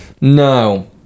no